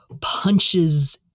punches